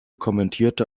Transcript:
kommentierte